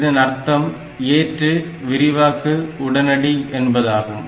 இதன் அர்த்தம் ஏற்று விரிவாக்கு உடனடி என்பதாகும்